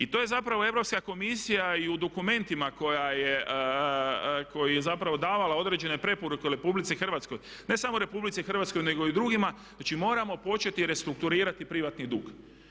I to je zapravo Europska komisija i u dokumentima koji je zapravo davala određene preporuke RH, ne samo RH nego i drugima, znači moramo početi restrukturirati privatni dug.